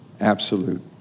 absolute